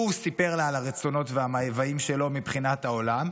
הוא סיפר לה על הרצונות והמאוויים שלו מבחינת העולם,